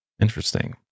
Interesting